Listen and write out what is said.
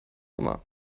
immer